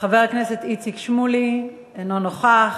חבר הכנסת איציק שמולי, אינו נוכח.